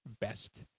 best